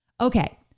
Okay